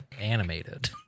animated